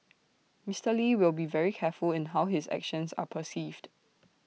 Mister lee will be very careful in how his actions are perceived